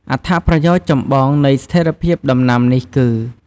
អត្ថប្រយោជន៍ចម្បងនៃស្ថេរភាពដំណាំនេះគឺ៖